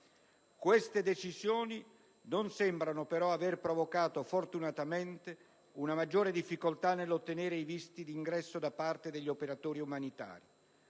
Queste decisioni non sembrano aver provocato, fortunatamente, una maggiore difficoltà nell'ottenere i visti di ingresso da parte degli operatori umanitari.